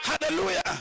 Hallelujah